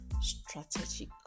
strategic